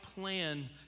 plan